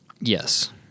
Yes